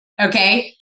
okay